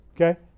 Okay